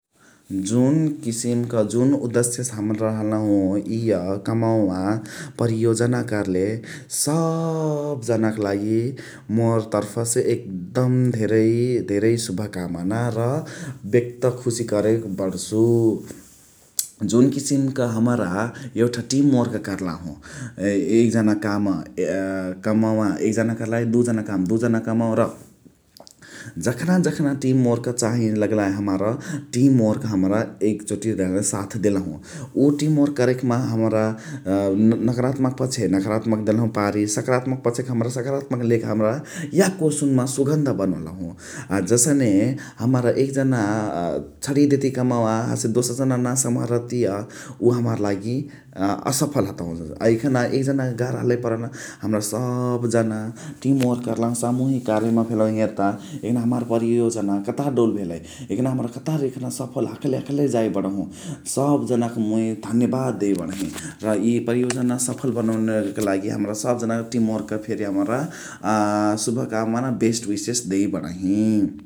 जुन किसिम क जुन उदस्यसे हमरा हलहु इय कमवा परियोजना कर्ले सब जन क लागी मोर तर्फसे एक्दम धेरइ धेरइ शुभकामना र बेक्त खुशी करइ बणसु । जुन किसिम क हमरा यउठा टिमओर्क कर्लहु एह जन क काम कमवा एक जना कर्लइ दु जन क काम दु जना क कमवा र जखना जखना टिमओर्क चाही लग्तइ हमार टिमओर्क हमरा एक चोटी साथ देलहु । उ टिमओर्क करइकी माहा हमरा नक्रात्मा क पछेय नक्रात्मा देलहु पारी सक्रात्मा क पछेय हमरा सक्रात्मा क ले के हमरा याको सुन मा सुगन्ध बनोलहु। जसने हमरा एक जना चडी देतिय कमवा हसे दोसर जना नाही सम्हरतिया उव हमार लागी असफल हतहु आ यखना एक जना क गर्ह परला हमरा सब जना टिमओकर कर्लहु सामुहिक कार्य म भेलहु हेर्ता यखना हमरा परियोजना कतहार दलु भेलइ । यखना हमरा कतहार सफल हखते हखते जाइ बणहु सब जन क मुइ धन्नेबाद देइ बणही । र इ परियोजना सफल बनोले क लागी हमार सब जना क टिमओकर फेरी हमरा शुभकामनाअ बेस्ट उइसेस देइ बणही ।